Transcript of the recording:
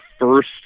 first